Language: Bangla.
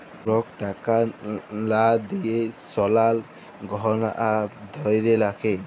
লক টাকার লা দিঁয়ে সলার গহলা ধ্যইরে রাখে